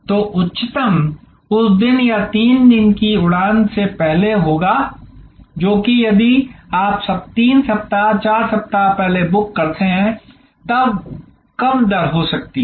तो उच्चतम उस दिन या 3 दिन की उड़ान से पहले होगा जो कि यदि आप 3 सप्ताह 4 सप्ताह पहले बुक करते हैं तब कम दर हो सकती है